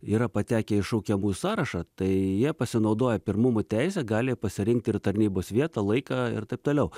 yra patekę į šaukiamųjų sąrašą tai jie pasinaudoję pirmumo teise gali pasirinkti ir tarnybos vietą laiką ir taip toliau